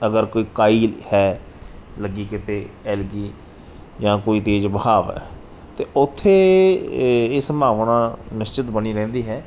ਅਗਰ ਕੋਈ ਕਾਈ ਹੈ ਲੱਗੀ ਕਿਤੇ ਐਲਗੀ ਜਾਂ ਕੋਈ ਤੇਜ਼ ਬਹਾਵ ਹੈ ਅਤੇ ਉੱਥੇ ਇਹ ਸੰਭਾਵਣਾ ਨਿਸ਼ਚਿਤ ਬਣੀ ਰਹਿੰਦੀ ਹੈ